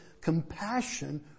compassion